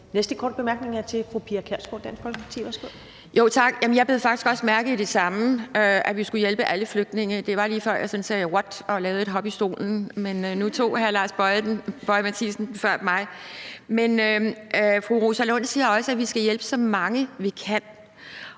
Næste korte bemærkning er fra fru Pia Kjærsgaard, Dansk Folkeparti. Værsgo. Kl. 14:53 Pia Kjærsgaard (DF): Tak. Jamen jeg bed faktisk også mærke i det samme, nemlig at vi skulle hjælpe alle flygtninge. Det var, lige før jeg sådan sagde: What? – og lavede et hop i stolen. Men nu tog hr. Lars Boje Mathiesen den før mig. Fru Rosa Lund siger også, at vi skal hjælpe så mange, vi kan.